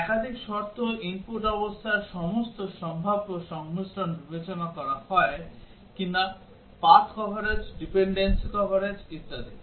একাধিক শর্ত input অবস্থার সমস্ত সম্ভাব্য সংমিশ্রণ বিবেচনা করা হয় কিনা পাথ কভারেজ ডিপেন্ডেন্সি কভারেজ ইত্যাদি